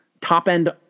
top-end